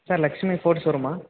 sir Lakshmi Ford ஷோரூம்மா